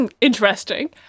Interesting